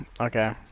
okay